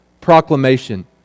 proclamation